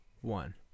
one